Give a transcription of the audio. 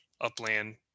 upland